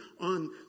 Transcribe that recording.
on